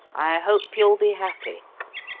i hope you'll be happy.